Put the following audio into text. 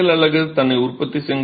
செங்கல் அலகு தன்னை உற்பத்தி